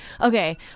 okay